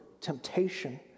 temptation